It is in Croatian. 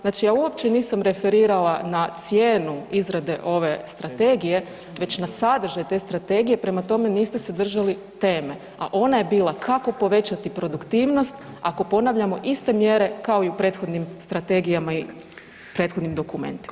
Znači ja uopće nisam referirala na cijenu izrade ove strategije već na sadržaj te strategije, prema tome niste se držali teme, a ona je bila kako povećati produktivnost ako ponavljamo iste mjere kao i u prethodnim strategijama i prethodnim dokumentima?